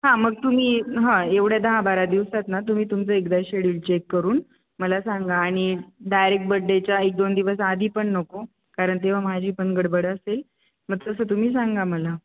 हां मग तुम्ही हां एवढ्या दहा बारा दिवसात ना तुम्ही तुमचं एकदा शेड्यूल चेक करून मला सांगा आणि डायरेक्ट बड्डेच्या एक दोन दिवस आधी पण नको कारण तेव्हा माझी पण गडबड असेल मग तसं तुम्ही सांगा मला